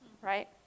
right